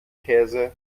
käse